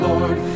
Lord